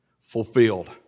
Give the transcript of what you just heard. fulfilled